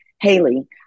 Haley